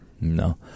No